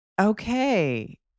Okay